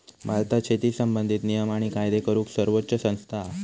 भारतात शेती संबंधित नियम आणि कायदे करूक सर्वोच्च संस्था हा